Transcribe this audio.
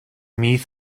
meath